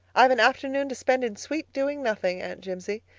i've an afternoon to spend in sweet doing nothing, aunt jimsie.